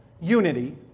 unity